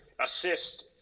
assist